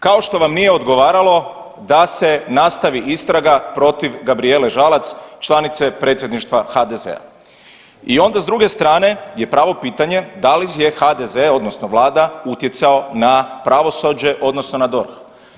Kao što vam nije odgovaralo da se nastavi istraga protiv Gabrijele Žalac članice predsjedništva HDZ-a i onda s druge strane je pravo pitanje da li je HDZ odnosno Vlada utjecao na pravosuđe odnosno na DORH?